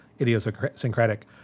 idiosyncratic